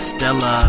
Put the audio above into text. Stella